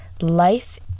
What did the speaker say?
Life